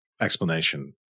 explanation